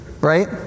Right